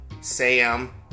Sam